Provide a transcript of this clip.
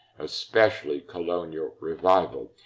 especially colonial revival,